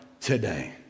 today